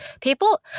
People